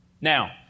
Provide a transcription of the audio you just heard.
Now